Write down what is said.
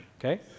okay